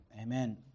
Amen